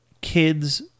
kids